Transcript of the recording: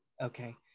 Okay